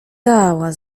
dała